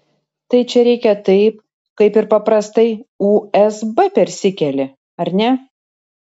tai čia reikia taip kaip ir paprastai usb persikeli ar ne